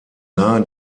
nahe